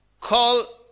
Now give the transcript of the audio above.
Call